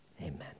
Amen